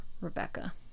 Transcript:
Rebecca